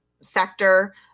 sector